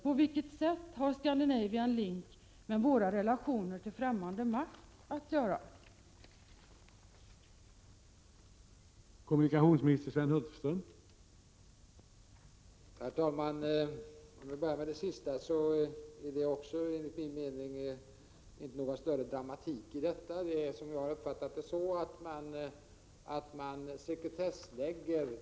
På vilket sätt har Scandinavian Link med Sveriges relationer till främmande makt att göra, Sven Hulterström?